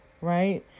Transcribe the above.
right